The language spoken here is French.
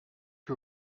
que